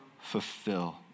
fulfill